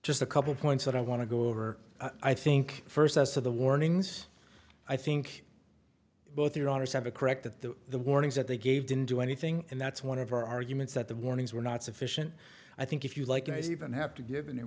just a couple points that i want to go over i think first as to the warnings i think both your owners have a correct that the warnings that they gave didn't do anything and that's one of our arguments that the warnings were not sufficient i think if you like you even have to given a